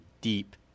deep